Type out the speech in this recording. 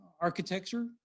architecture